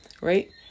right